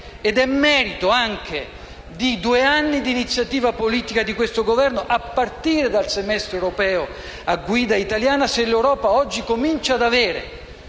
Ed è merito anche di due anni di iniziativa politica di questo Governo, a partire dal semestre europeo a guida italiana, se l'Europa oggi comincia ad avere,